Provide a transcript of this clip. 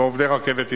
ועובדי "רכבת ישראל".